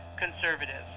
conservatives